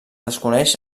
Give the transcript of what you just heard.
desconeix